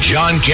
John